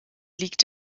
liegt